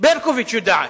ברקוביץ יודעת.